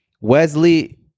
Wesley